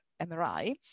MRI